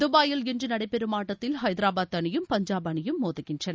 துபாயில் நாளை நடைபெறும் ஆட்டத்தில் ஐதராபாத் அணியும் பஞ்சாப் அணியும் மோதுகின்றன